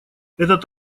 этот